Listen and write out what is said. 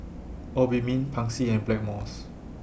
Obimin Pansy and Blackmores